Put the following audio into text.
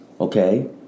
Okay